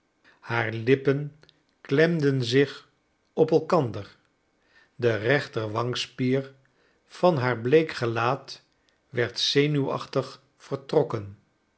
haar lippen klemden zich op elkander de rechterwangspier van haar bleek gelaat werd zenuwachtig vertrokken